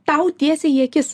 tau tiesiai į akis